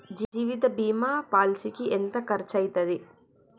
జీవిత బీమా పాలసీకి ఎంత ఖర్చయితది?